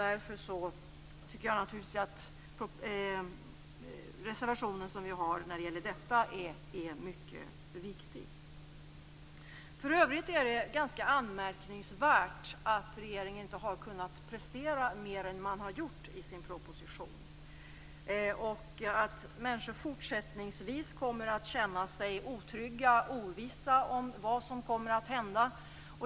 Därför tycker jag naturligtvis att vår reservation när det gäller detta är mycket viktig. För övrigt är det ganska anmärkningsvärt att regeringen inte har kunnat prestera mer än man har gjort i sin proposition. Människor kommer fortsättningsvis att känna sig otrygga och ovissa om vad som kommer att hända.